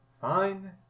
Fine